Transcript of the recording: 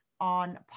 on